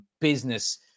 business